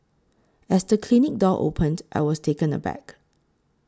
as the clinic door opened I was taken aback